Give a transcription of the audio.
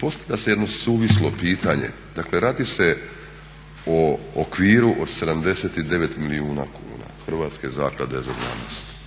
postavlja se jedno suvislo pitanje. Dakle radi se o okviru od 79 milijuna kuna Hrvatske zaklade za znanost,